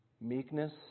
meekness